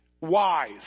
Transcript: wise